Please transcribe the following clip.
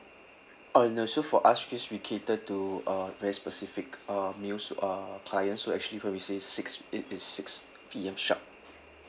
uh no so for us cause we cater to uh very specific uh meals uh clients so actually when we say six it is six P_M sharp